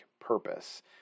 purpose